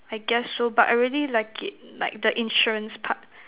I guess so but I really like it like the insurance part